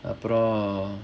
அப்புறம்:appuram